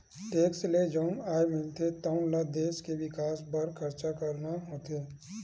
tax ले जउन आय मिलथे तउन ल देस के बिकास बर खरचा करना होथे